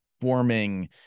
forming